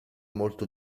molto